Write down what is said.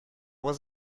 was